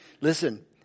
Listen